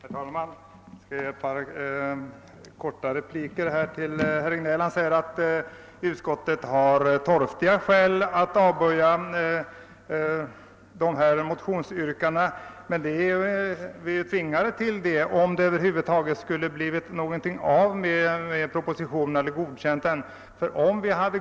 Herr talman! Bara ett par korta re Herr Regnéll anför att utskottet har »torftiga» skäl för att avböja motionsyrkandena. Vi har emellertid varit tvungna att göra detta för att över huvud taget kunna få igenom propositionen.